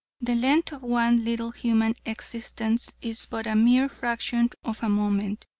the length of one little human existence is but a mere fraction of a moment.